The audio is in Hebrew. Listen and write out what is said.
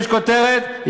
יש כותרת,